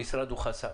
המשרד הוא חסם.